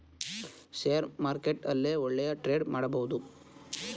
share market ಅಲ್ಲೇ ಒಳ್ಳೆಯ trade ಮಾಡಬಹುದು